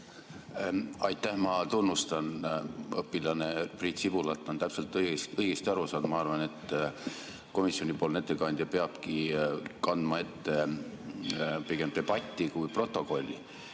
Aitäh! Ma tunnustan õpilane Priit Sibulat, ta on täpselt õigesti aru saanud. Ma arvan, et komisjoni ettekandja peabki kandma ette pigem debatti kui protokolli.